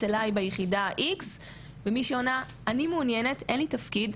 אליי ביחידה איקס' ומישהי עונה 'אני מעוניינת אין לי תפקיד'.